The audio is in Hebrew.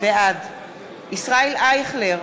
בעד ישראל אייכלר,